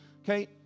okay